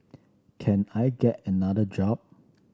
can I get another job